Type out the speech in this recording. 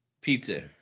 Pizza